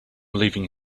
leaving